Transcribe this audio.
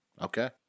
Okay